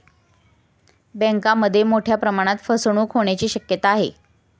बँकांमध्ये मोठ्या प्रमाणात फसवणूक होण्याची शक्यता आहे